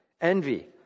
envy